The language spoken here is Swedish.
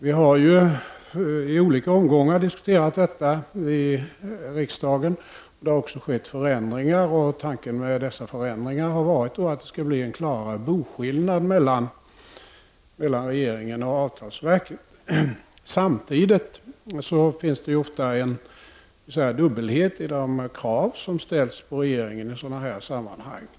Vi har i riksdagen i olika omgångar diskuterat detta, och det har också skett förändringar. Tanken med dessa förändringar har varit att det skall bli en klarare boskillnad mellan regeringen och avtalsverket. Samtidigt finns det ofta så att säga en dubbelhet i de krav som ställs på regeringen i sådana sammanhang.